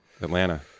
Atlanta